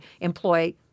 employ